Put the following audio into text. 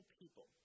people